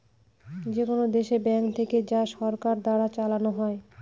যেকোনো দেশে ব্যাঙ্ক থাকে যা সরকার দ্বারা চালানো হয়